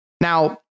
now